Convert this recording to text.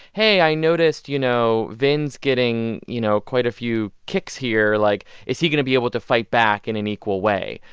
hey, i notice, you know, vin's getting, you know, quite a few kicks here like, is he going to be able to fight back in an equal way,